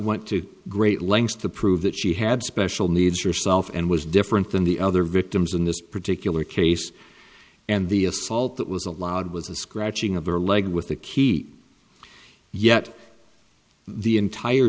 went to great lengths to prove that she had special needs yourself and was different than the other victims in this particular case and the assault that was allowed was the scratching of her leg with the key yet the entire